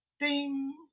Ding